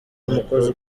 umukozi